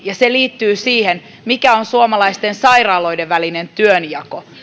ja se liittyy siihen mikä on suomalaisten sairaaloiden välinen työnjako